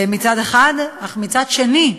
מצד אחד, אך מצד שני,